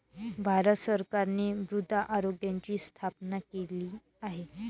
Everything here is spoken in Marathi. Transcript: भारत सरकारने मृदा आरोग्याची स्थापना केली आहे